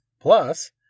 Plus